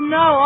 no